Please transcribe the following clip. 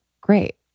great